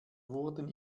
wurden